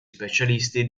specialisti